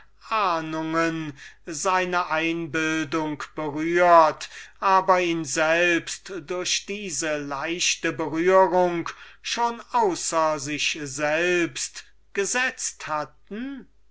ahnungen seine einbildung berührt und durch diese leichte berührung schon außer sich selbst gesetzt hatten